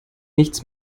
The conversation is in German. nichts